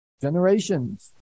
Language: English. generations